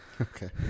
okay